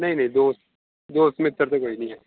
ਨਹੀਂ ਨਹੀਂ ਦੋਸਤ ਦੋਸਤ ਮਿੱਤਰ ਤਾਂ ਕੋਈ ਨਹੀਂ ਹੈ